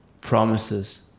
promises